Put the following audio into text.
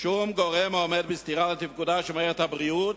שום גורם העומד בסתירה לתפקודה של מערכת הבריאות,